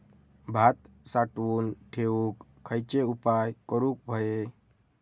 भात साठवून ठेवूक खयचे उपाय करूक व्हये?